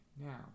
Now